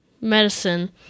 medicine